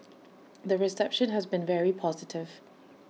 the reception has been very positive